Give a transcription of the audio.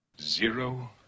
Zero